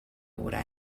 what